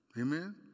Amen